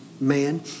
man